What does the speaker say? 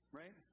right